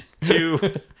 Two